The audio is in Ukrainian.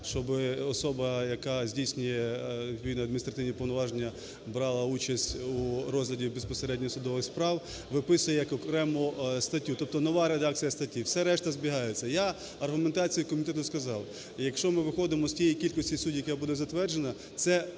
щоби особа, яка здійснює відповідні адміністративні повноваження, брала участь у розгляді безпосередньо судових справ, виписує як окрему статтю. Тобто нова редакція статті. Все решта збігається. Я аргументацію комітету сказав. Якщо ми виходимо з тієї кількості суддів, яка буде затверджена, це